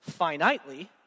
finitely